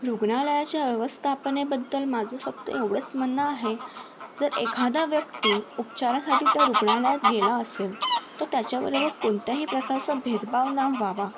रूग्णालयाच्या व्यवस्थापनेबद्दल माझं फक्त एवढंच म्हणणंं आहे जर एखादा व्यक्ती उपचारासाठी त्या रूग्णालयात गेला असेल तर त्याच्याबरोबर कोणताही प्रकारचा भेदभाव न व्हावा